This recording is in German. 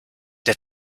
der